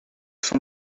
son